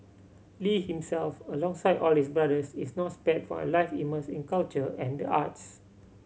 Lee himself alongside all his brothers is not spared from a life immersed in culture and the arts